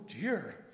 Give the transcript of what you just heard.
dear